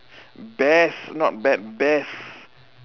best not bad best